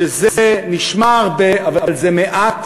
שזה נשמע הרבה אבל זה מעט,